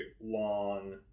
long